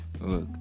Look